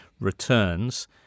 returns